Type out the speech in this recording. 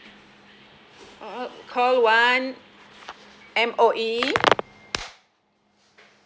uh uh call one M_O_E